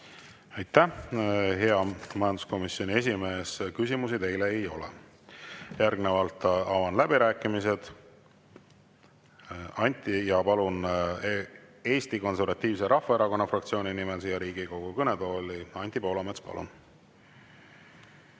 Aitäh, hea majanduskomisjoni esimees! Küsimusi teile ei ole. Järgnevalt avan läbirääkimised. Palun Eesti Konservatiivse Rahvaerakonna fraktsiooni nimel siia Riigikogu kõnetooli Anti Poolametsa. Palun!